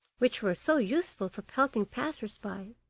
which were so useful for pelting passers-by,